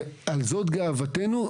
ועל זאת גאוותנו,